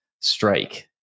strike